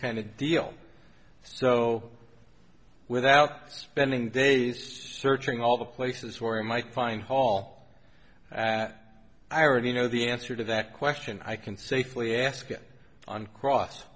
kind of deal so without spending days searching all the places where he might find hall at i already know the answer to that question i can safely ask it on cross